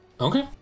Okay